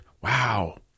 wow